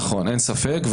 נכון, אין ספק.